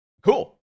Cool